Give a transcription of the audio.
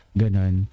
ganon